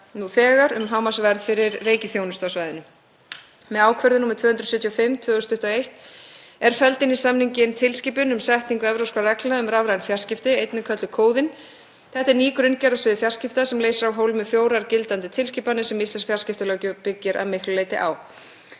gilda um hámarksverð fyrir reikiþjónustu á svæðinu. Með ákvörðun nr. 275/2021 er felld inn í EES-samninginn tilskipun um setningu evrópskra reglna um rafræn fjarskipti, einnig kölluð Kóðinn. Þetta er ný grunngerð á sviði fjarskipta sem leysir af hólmi fjórar gildandi tilskipanir sem íslensk fjarskiptalöggjöf byggir að miklu leyti á.